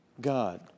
God